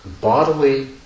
bodily